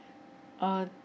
uh